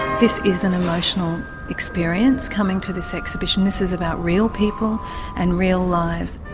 this is an emotional experience coming to this exhibition, this is about real people and real lives.